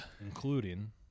including